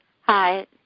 Hi